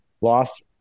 loss